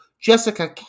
Jessica